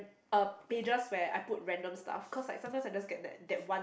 uh pages where I put random stuffs cause like sometimes I just get that that one